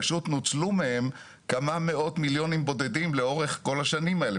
פשוט נוצלו מהם כמה מאות מיליונים בודדים לאורך כל השנים האלה.